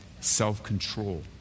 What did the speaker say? Self-control